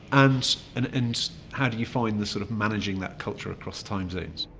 and and and how do you find this sort of managing that culture across time zones?